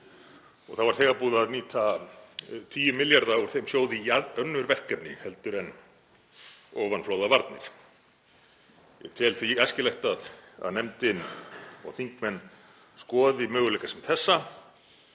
og það var þegar búið að nýta 10 milljarða úr þeim sjóði í önnur verkefni heldur en ofanflóðavarnir. Ég tel því æskilegt að nefndin og þingmenn skoði möguleika sem þessa